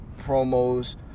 promos